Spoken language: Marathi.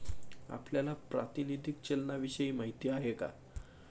आपल्याला प्रातिनिधिक चलनाविषयी माहिती आहे का?